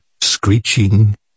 screeching